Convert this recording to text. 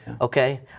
okay